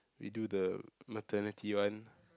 we do the maternity one